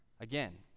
again